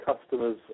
customers